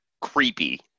creepy